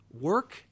work